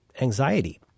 anxiety